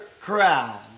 crowd